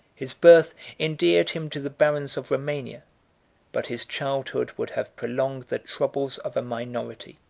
his birth endeared him to the barons of romania but his childhood would have prolonged the troubles of a minority,